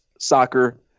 soccer